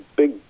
big